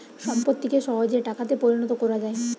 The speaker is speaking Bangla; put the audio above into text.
সম্পত্তিকে সহজে টাকাতে পরিণত কোরা যায়